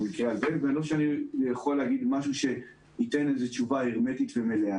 לא שאני יכול להגיד משהו שייתן תשובה הרמטית ומלאה